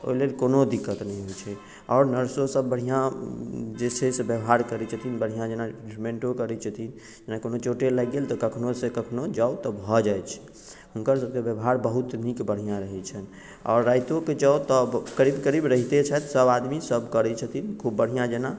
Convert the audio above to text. ओहि लेल कोनो दिक्कत नहि होइत छै आओर नर्सोसभ बढ़िआँ जे छै से व्यवहार करैत छथिन बढ़िआँ जेना ट्रीटमेंटो करैत छथिन जेना कोनो चोटे लागि गेल तऽ कखनोसँ कखनो जाउ तऽ भऽ जाइत छै हुनकरसभके व्यवहार बहुत नीक बढ़िआँ रहैत छनि आओर रातिओके जाउ तऽ करीब करीब रहिते छथि सभआदमी सभ करैत छथिन खूब बढ़िआँ जेना